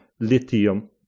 lithium